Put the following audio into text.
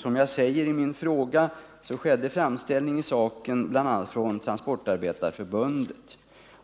Som jag sade i min fråga skedde framställning i saken bl.a. från Transportarbetareförbundet.